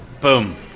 Boom